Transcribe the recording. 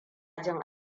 jin